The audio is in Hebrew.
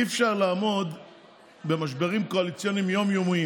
אי-אפשר לעמוד במשברים קואליציוניים יום-יומיים